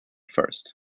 first